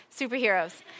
superheroes